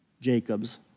Jacob's